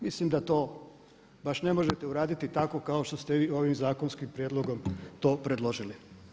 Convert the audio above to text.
Mislim da to baš ne možete uraditi tako kao što ste vi ovim zakonskim prijedlogom to predložili.